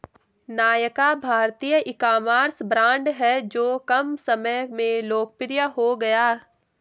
नायका भारतीय ecommerce brand हैं जो कम समय में लोकप्रिय हो गया